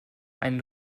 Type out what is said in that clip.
einen